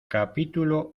capítulo